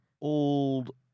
old